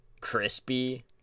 crispy